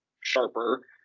sharper